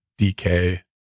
dk